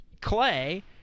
Clay